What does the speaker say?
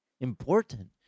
important